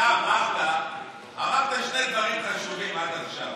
אתה אמרת שני דברים חשובים עד עכשיו.